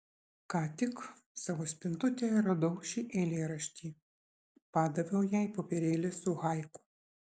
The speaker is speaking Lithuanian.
ką tik savo spintutėje radau šį eilėraštį padaviau jai popierėlį su haiku